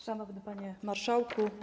Szanowny Panie Marszałku!